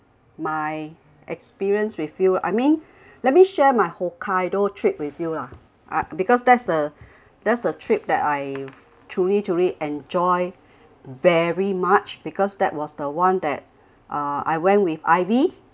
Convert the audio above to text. my experience with you I mean let me share my hokkaido trip with you lah because that's the that's the trip that I truly truly enjoy very much because that was the one that uh I went with ivy